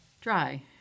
dry